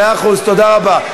מאה אחוז, תודה רבה.